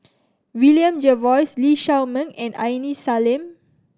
William Jervois Lee Shao Meng and Aini Salim